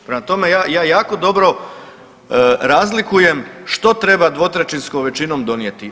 Prema tome ja jako dobro razlikujem što treba dvotrećinskom većinom donijeti.